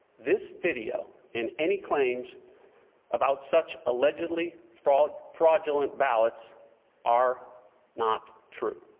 this video and any claims about such allegedly fraudulent fraudulent ballots are not true.